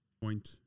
point